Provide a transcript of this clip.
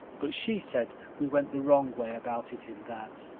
but she said we went the wrong way about it in that.